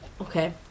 Okay